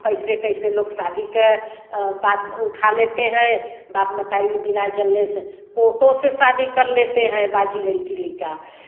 कैसे कैसे लोग शादी कै बात उठा लेते हैं बाप मतारी बिना जान ले से कोटों से शादी कर लेते हैं बाजी लड़की लड़का